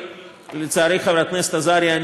חברת הכנסת עזריה,